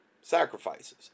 sacrifices